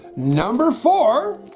number four